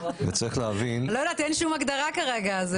אין שום הגדרה כרגע.